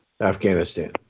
afghanistan